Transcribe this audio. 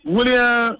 William